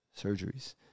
surgeries